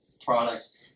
products